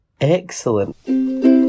excellent